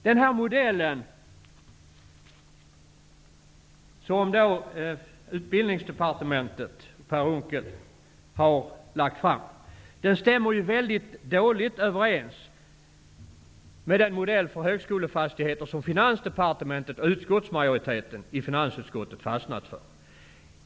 Den modell som Utbildningsdepartementet och Per Unckel har lagt fram stämmer dåligt överens med den modell för högskolefastigheter som Finansdepartementet och majoriteten i finansutskottet fastnat för.